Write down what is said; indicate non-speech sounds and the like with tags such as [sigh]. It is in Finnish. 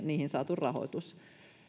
[unintelligible] niihin saatu rahoitus